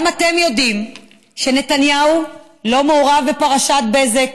גם אתם יודעים שנתניהו לא מעורב בפרשת בזק